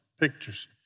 Pictures